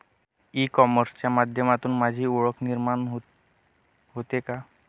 E कॉमर्सच्या माध्यमातून माझी ओळख निर्माण होते का?